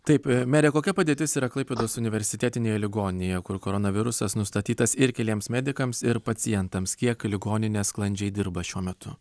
taip mere kokia padėtis yra klaipėdos universitetinėje ligoninėje kur koronavirusas nustatytas ir keliems medikams ir pacientams kiek ligoninė sklandžiai dirba šiuo metu